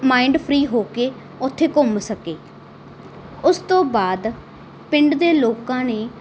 mind free ਹੋ ਕੇ ਓਥੇ ਘੁੰਮ ਸਕੇ ਉਸ ਤੋਂ ਬਾਦ ਪਿੰਡ ਦੇ ਲੋਕਾਂ ਨੇ